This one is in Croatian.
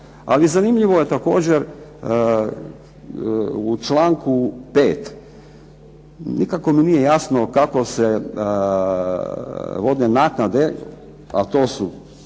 Ali zanimljivo je također u članku 5. Nikako mi nije jasno kako se vodne naknade, a to su